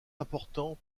important